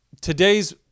today's